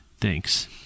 Thanks